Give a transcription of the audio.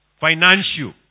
financial